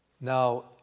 Now